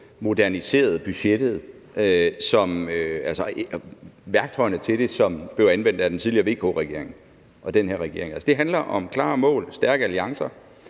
moderniseret budgettet, og værktøjerne til det, som blev anvendt af den tidligere VK-regering og den her regering. Altså, det handler om klare mål og stærke alliancer,